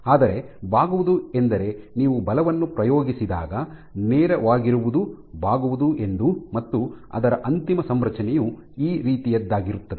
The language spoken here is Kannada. ಆದರೆ ಬಾಗುವುದು ಎಂದರೆ ನೀವು ಬಲವನ್ನು ಪ್ರಯೋಗಿಸಿದಾಗ ನೇರವಾಗಿರುವುದು ಬಾಗುವುದು ಎಂದು ಮತ್ತು ಅದರ ಅಂತಿಮ ಸಂರಚನೆಯು ಈ ರೀತಿಯದ್ದಾಗಿರುತ್ತದೆ